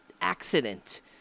accident